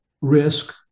risk